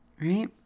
right